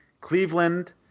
Cleveland